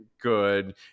good